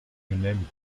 n’aime